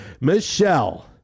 Michelle